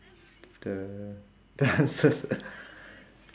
the the answers